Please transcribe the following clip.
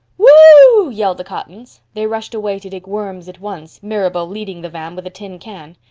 whoop, yelled the cottons. they rushed away to dig worms at once, mirabel leading the van with a tin can.